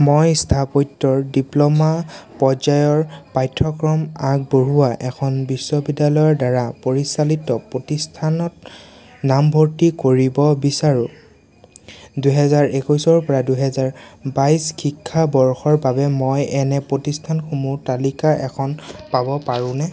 মই স্থাপত্যৰ ডিপ্ল'মা পৰ্যায়ৰ পাঠ্যক্ৰম আগবঢ়োৱা এখন বিশ্ববিদ্যালয়ৰ দ্বাৰা পৰিচালিত প্ৰতিষ্ঠানত নামভৰ্তি কৰিব বিচাৰোঁ দুহেজাৰ একৈছৰ পৰা দুহেজাৰ বাইছ শিক্ষাবৰ্ষৰ বাবে মই এনে প্ৰতিষ্ঠানসমূহ তালিকা এখন পাব পাৰোঁনে